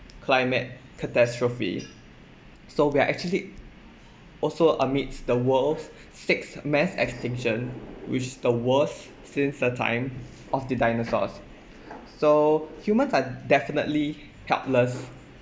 climate catastrophe so we are actually also amidst the world's sixth mass extinction which is the worst since the time of the dinosaurs so humans are definitely helpless